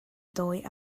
dawi